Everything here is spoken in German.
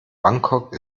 bangkok